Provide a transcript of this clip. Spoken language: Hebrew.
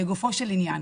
לגופו של עניין,